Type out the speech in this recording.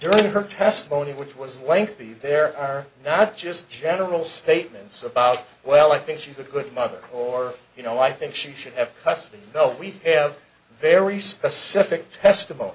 during her testimony which was lengthy there are not just general statements about well i think she's a good mother or you know i think she should have custody though we have very specific testimony